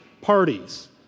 parties